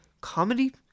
comedy